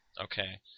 Okay